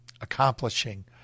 accomplishing